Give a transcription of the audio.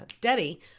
Debbie